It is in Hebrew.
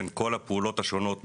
בין כל הפעולות השונות,